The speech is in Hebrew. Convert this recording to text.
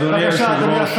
אדוני היושב-ראש,